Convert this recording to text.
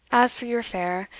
as for your fare,